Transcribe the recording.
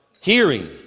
hearing